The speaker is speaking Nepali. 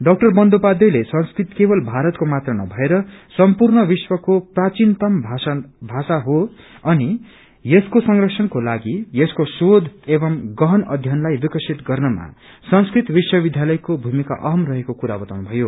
डा बन्दोपध्यायले संस्कृत केवल भारतको मात्र नभएर सम्पूर्ण विश्वको प्राचीनतम भाषा हो अन यसको संरक्षणको लागि यसको शोष एवं गहन अध्ययनलाई विकसित गर्नमा संस्कृत विश्व विध्यालयको भूमिका अहम रहेको कुरो बताउनु भयो